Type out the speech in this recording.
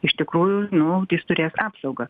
iš tikrųjų nu jis turės apsaugą